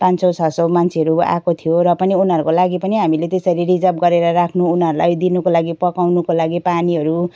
पाँच सौ छ सौ मान्छेहरू आएको थियो र पनि उनीहरूको लागि पनि हामीले त्यसरी रिजर्व गरेर राख्नु उनीहरूलाई दिनुको लागि पकाउनुको लागि पानीहरू